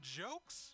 jokes